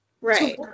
right